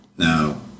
Now